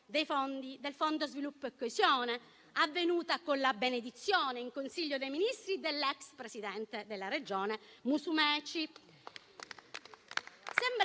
del Fondo sviluppo e coesione, avvenuto con la benedizione in Consiglio dei ministri dell'ex presidente della Regione Musumeci.